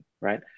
Right